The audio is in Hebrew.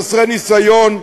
חסרי ניסיון,